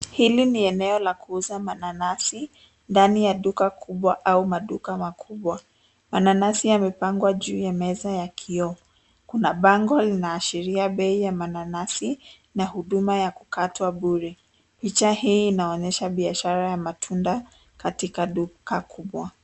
Hili ni eneo la kuuza mananasi ndani ya duka kubwa au maduka makubwa. Mananasi yamepangwa juu ya meza ya kioo. Kuna bango linaashiria bei ya mananasi na huduma ya kukatwa bure. Picha hii inaonyesha biashara ya matunda katika duka kubwa.